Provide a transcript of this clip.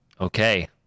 okay